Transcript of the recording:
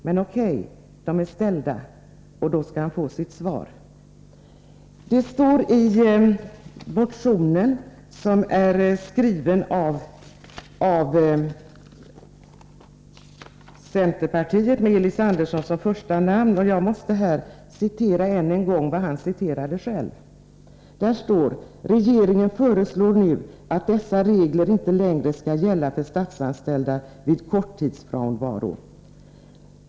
Men nu är de ställda, och då skall han få sitt svar. I centerpartimotionen med Elis Andersson som första namn står det — jag måste citera vad han själv har citerat: ”Regeringen föreslår nu att dessa regler inte längre skall gälla för statsanställda vid korttidsfrånvaro.